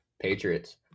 Patriots